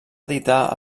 editar